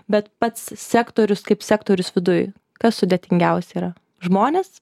bet pats sektorius kaip sektorius viduj kas sudėtingiausia yra žmonės